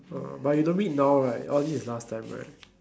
uh but you don't read now right all these is last time right